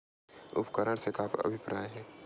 उपकरण से का अभिप्राय हे?